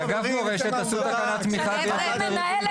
באגף מורשת --- כשאתה בא למנהלת